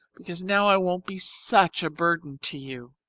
because now i won't be such a burden to you.